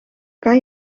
kan